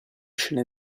scene